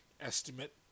estimate